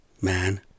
man